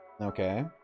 Okay